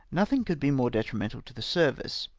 nothing could be more detrimental to the service.